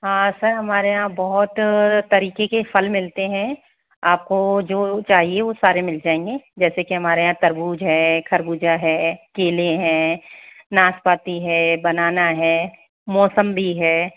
हाँ सर हमारे यहाँ बहुत तरीके के फल मिलते हैं आपको जो चाहिए वह सारे मिल जायेंगे जैसे के हमारे यहाँ तरबूज है खरबूजा है केले हैं नाशपाती है बनाना है मौसम्बी है